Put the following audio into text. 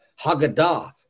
Haggadah